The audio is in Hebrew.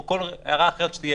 או כל הערה אחרת שתהיה.